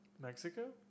Mexico